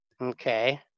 Okay